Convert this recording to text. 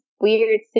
weird